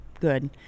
good